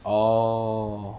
oh